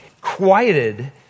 quieted